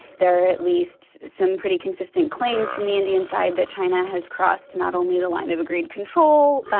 there at least some pretty consistent claims from the indian side that china has crossed not only the line of agreed control,